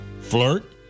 flirt